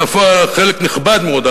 בפועל חלק נכבד מאוד,